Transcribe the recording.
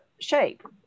shape